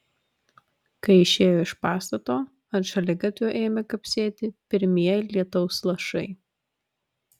kai išėjo iš pastato ant šaligatvio ėmė kapsėti pirmieji lietaus lašai